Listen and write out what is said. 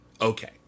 Okay